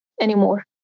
anymore